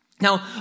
Now